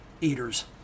eaters